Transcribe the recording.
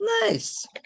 nice